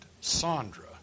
Sandra